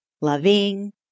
loving